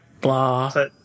blah